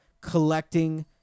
collecting